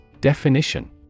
Definition